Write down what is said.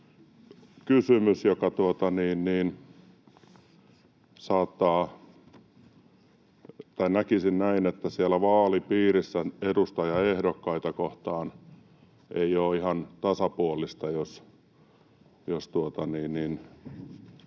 kysymys, että näkisin näin, että siellä vaalipiirissä edustajaehdokkaita kohtaan ei ole ihan tasapuolista, jos